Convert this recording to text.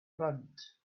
grunt